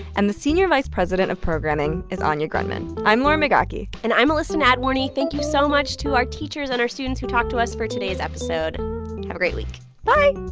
and the senior vice president of programming is anya grundmann i'm lauren migaki and i'm elissa nadworny. thank you so much to our teachers and our students who talked to us for today's episode have a great week bye